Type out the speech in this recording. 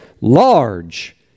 Large